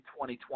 2020